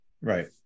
right